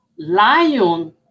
Lion